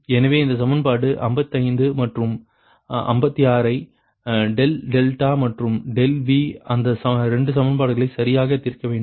எனவே நீங்கள் சமன்பாடு 55 மற்றும் 56 ஐ ∆δ மற்றும் ∆V அந்த 2 சமன்பாடுகளை சரியாக தீர்க்க வேண்டும்